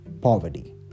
poverty